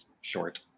short